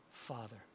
Father